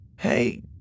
Hey